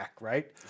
right